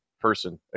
person